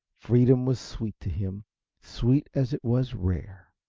freedom was sweet to him sweet as it was rare.